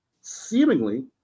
seemingly